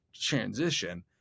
transition